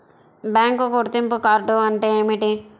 Bank గుర్తింపు card అంటే ఏమిటి?